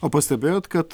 o pastebėjot kad